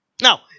Now